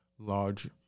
Large